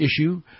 issue